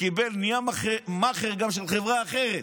ונהיה מאכער של חברה אחרת.